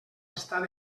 estat